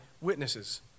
witnesses